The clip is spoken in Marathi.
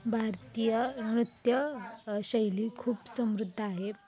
भारतीय नृत्यशैली खूप समृद्ध आहे